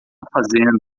fazendo